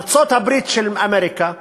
ארצות-הברית של אמריקה,